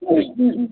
ꯎꯝ ꯎꯝ